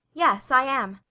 yes, i am.